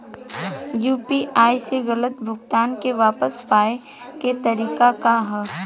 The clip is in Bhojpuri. यू.पी.आई से गलत भुगतान के वापस पाये के तरीका का ह?